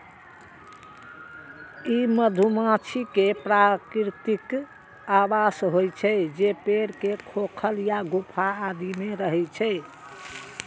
ई मधुमाछी के प्राकृतिक आवास होइ छै, जे पेड़ के खोखल या गुफा आदि मे रहै छै